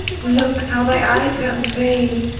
look how thy eye turns pale.